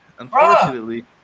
unfortunately